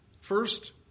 First